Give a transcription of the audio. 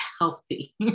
healthy